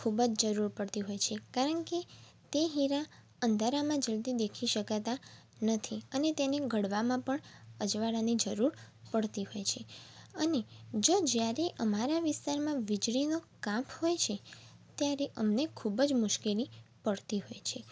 ખૂબ જ જરુર પડતી હોય છે કારણ કે તે હીરા અંધારામાં જલ્દી દેખી શકાતા નથી અને તેને ઘડવામાં પણ અજવાળાની જરૂર પડતી હોય છે અને જો જ્યારે અમારા વિસ્તારમાં વીજળીનો કાપ હોય છે ત્યારે અમને ખૂબ જ મુશ્કેલી પડતી હોય છે